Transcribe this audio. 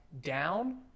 down